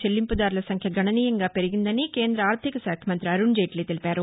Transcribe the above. చెళ్లింపుదారుల సంఖ్య గణనీయంగా పెరిగిందని కేంద్రద ఆర్థికశాఖ మంతి అరుణ్జైట్లీ తెలిపారు